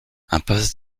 impasse